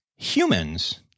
humans